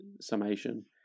summation